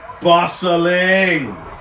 bustling